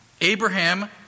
Abraham